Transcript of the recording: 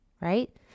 right